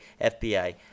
FBI